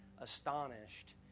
astonished